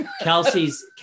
Kelsey's